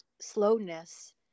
slowness